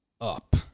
up